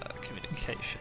Communication